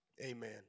Amen